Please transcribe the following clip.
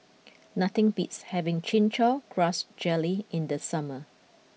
nothing beats having Chin Chow Grass Jelly in the summer